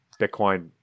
Bitcoin